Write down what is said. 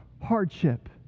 hardship